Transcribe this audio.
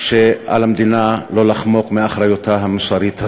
שעל המדינה לא לחמוק מהאחריות המוסרית הזאת.